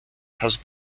has